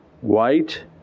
white